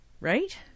Right